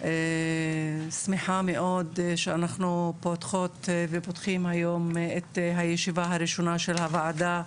אני שמחה מאוד שאנחנו פותחות ופותחים היום את הישיבה הראשונה של הוועדה,